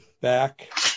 back